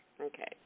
Okay